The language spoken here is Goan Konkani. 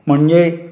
म्हणजे